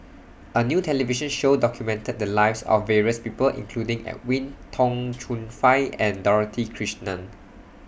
A New television Show documented The Lives of various People including Edwin Tong Chun Fai and Dorothy Krishnan